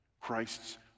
Christ's